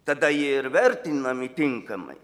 tada jie ir vertinami tinkamai